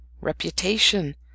reputation